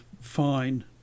fine